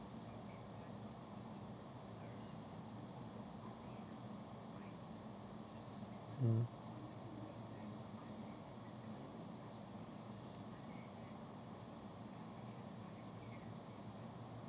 mm